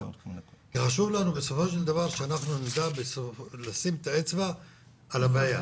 כי חשוב לנו בסופו של דבר שאנחנו נדע לשים את האצבע על הבעיה.